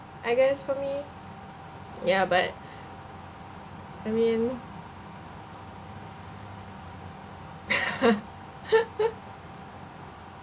I guess for me ya but I mean